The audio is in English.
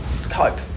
cope